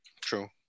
True